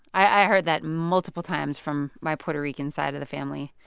i heard that multiple times from my puerto rican side of the family.